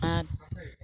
आरो